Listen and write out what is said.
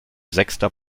sechster